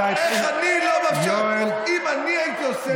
אם אני הייתי עושה את זה,